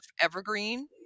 evergreen